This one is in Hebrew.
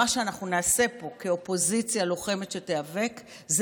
מה שאנחנו נעשה פה כאופוזיציה לוחמת שתיאבק זה